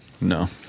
No